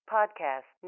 Podcast